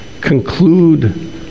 conclude